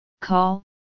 call